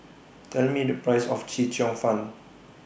Tell Me The Price of Chee Cheong Fun